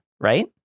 Right